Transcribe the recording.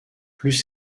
plus